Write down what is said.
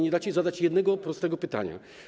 Nie dacie zadać jednego prostego pytania.